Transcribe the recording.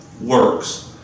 works